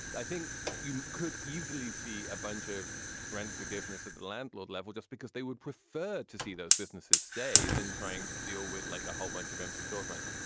but i think you could easily see a bunch of rent forgiveness at the landlord level just because they would prefer to see those businesses stay than trying to deal with like a whole bunch of empty storefronts.